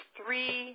three